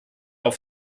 auf